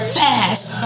fast